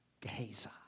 Gehazi